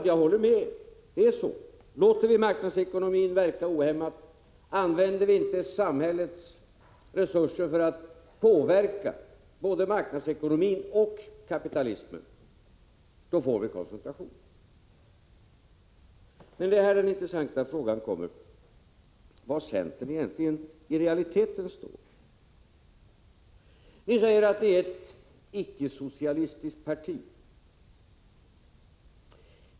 Men jag håller med Per-Ola Eriksson när han säger, att om vi låter marknadsekonomin verka ohämmat och om vi inte använder samhällets resurser för att påverka både marknadsekonomin och kapitalismen, då får vi koncentration. I det här sammanhanget kommer den intressanta frågan var centern i realiteten står. Ni säger att ni är ett icke-socialistiskt parti.